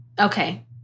Okay